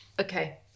Okay